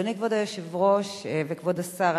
אדוני כבוד היושב-ראש וכבוד השר,